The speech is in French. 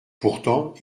pourtant